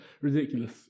ridiculous